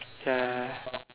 ya